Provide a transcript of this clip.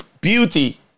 beauty